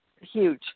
huge